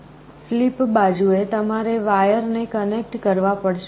flip બાજુએ તમારે 8 wire ને કનેક્ટ કરવા પડશે